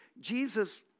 Jesus